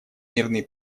мирные